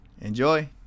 enjoy